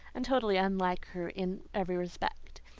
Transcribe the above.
and totally unlike her in every respect.